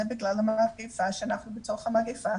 זה בגלל המגפה שאנחנו בתוך המגפה,